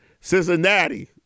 Cincinnati